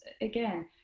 again